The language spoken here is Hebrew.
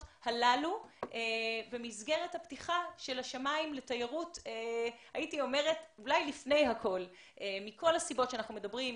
הללו במסגרת פתיחת השמיים לתיירות מכל הסיבות עליהן אנחנו מדברים,